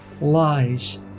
lies